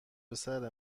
پسر